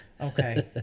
Okay